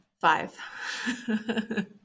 five